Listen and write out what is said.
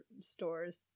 stores